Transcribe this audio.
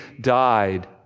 died